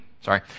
sorry